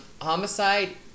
homicide